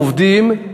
עובדים,